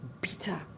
bitter